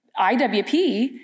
IWP